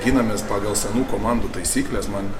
ginamės pagal senų komandų taisykles man